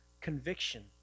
conviction